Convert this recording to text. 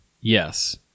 Yes